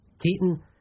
Keaton